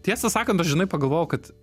tiesą sakant aš žinai pagalvojau kad